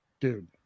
dude